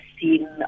seen